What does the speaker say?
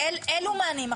אבל אלו מענים.